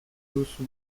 duzu